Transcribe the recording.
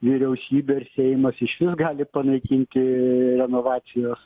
vyriausybė ar seimas išvis gali panaikinti renovacijos